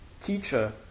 teacher